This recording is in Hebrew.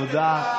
תודה.